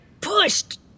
pushed